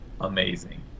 amazing